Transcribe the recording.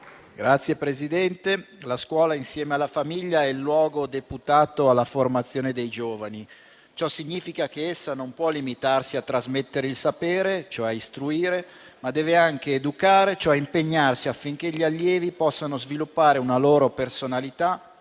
Signor Presidente, la scuola, insieme alla famiglia, è il luogo deputato alla formazione dei giovani. Ciò significa che essa non può limitarsi a trasmettere il sapere, cioè istruire, ma deve anche educare, cioè impegnarsi affinché gli allievi possano sviluppare una loro personalità, forgiando